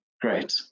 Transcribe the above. great